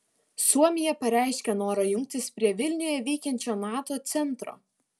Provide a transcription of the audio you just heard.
suomija pareiškė norą jungtis prie vilniuje veikiančio nato centro